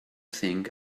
think